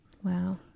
Wow